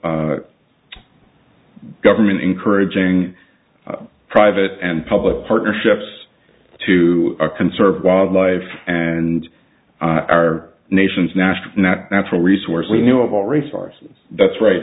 government encouraging private and public partnerships to conserve wildlife and our nation's national natural resource we knew of all resources that's right